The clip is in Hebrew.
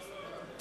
לא.